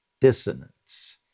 dissonance